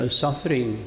suffering